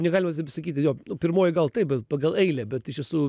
negalima sakyti jo pirmoji gal taip bet pagal eilę bet iš tiesų